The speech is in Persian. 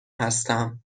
هستم